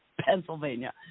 Pennsylvania